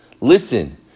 listen